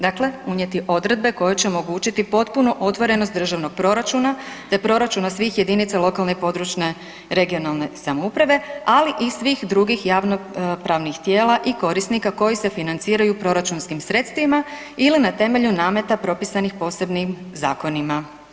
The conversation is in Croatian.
Dakle, unijeti odredbe koje će omogućiti potpunu otvorenost državnog proračuna te proračuna svih jedinica lokalne i područne, regionalne samouprave, ali i svih drugih javnopravnih tijela i korisnika koji se financiraju proračunskim sredstvima ili na temelju nameta propisanih posebnim zakonima.